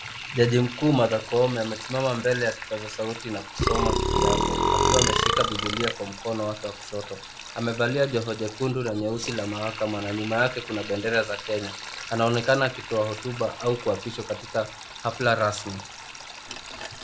Jaji mkuu Matha Kome amesimama mbele ya kipaza sauti na kusoma kiapo. Akiwa ameshika Bibilia kwa mkono wake wa kushoto. Amevalia joho jekundu na nyeusi la mahakama na nyuma yake kuna bendera za Kenya. Anaonekana akitoa hotuba au kuapishwa katika hafla rasmi.